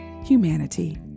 Humanity